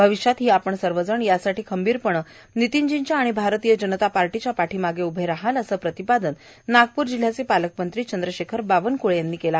अविष्यात ही आपण सर्व जण यासाठी खंबीरपणं नीतीनजींच्या आणि भारतीय जनता पार्टीच्या पाठीमाग उभं राहाल असं प्रतिपादन नागपूर जिल्हयाचे पालकमंत्री चंद्रशेखर बावनक्ळे यांनी केलं